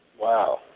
Wow